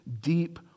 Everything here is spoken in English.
deep